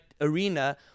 arena